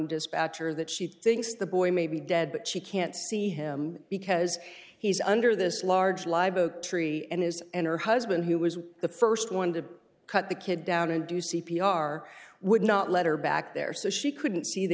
dispatcher that she thinks the boy may be dead but she can't see him because he's under this large libo tree and his and her husband who was the st one to cut the kid down and do c p r would not let her back there so she couldn't see the